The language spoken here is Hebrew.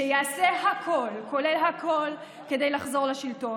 שיעשה הכול כולל הכול כדי לחזור לשלטון,